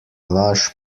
laž